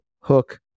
hook